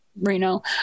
Reno